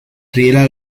riela